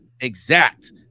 exact